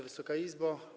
Wysoka Izbo!